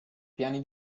piani